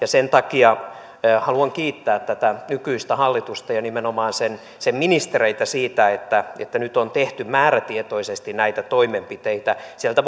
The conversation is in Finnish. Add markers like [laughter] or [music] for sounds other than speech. [unintelligible] sen takia haluan kiittää tätä nykyistä hallitusta ja nimenomaan sen sen ministereitä siitä että nyt on tehty määrätietoisesti näitä toimenpiteitä sieltä [unintelligible]